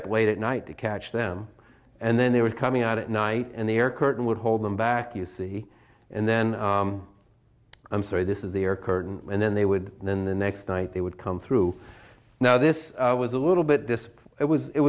up late at night to catch them and then they were coming out at night and the air curtain would hold them back you see and then i'm sorry this is the air curtain and then they would and then the next night they would come through now this was a little bit this it was it